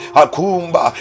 akumba